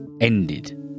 ended